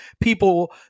people